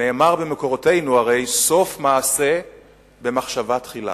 הרי נאמר במקורותינו "סוף מעשה במחשבה תחילה",